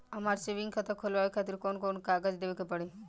हमार सेविंग खाता खोलवावे खातिर कौन कौन कागज देवे के पड़ी?